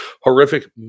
horrific